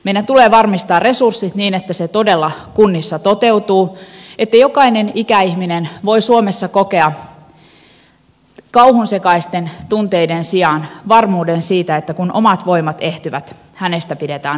meidän tulee varmistaa resurssit niin että se todella kunnissa toteutuu että jokainen ikäihminen voi suomessa kokea kauhunsekaisten tunteiden sijaan varmuuden siitä että kun omat voimat ehtyvät hänestä pidetään huolta